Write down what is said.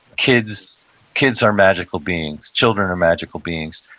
kids kids are magical beings. children are magical beings.